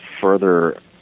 further